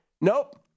Nope